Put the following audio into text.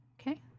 Okay